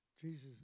Jesus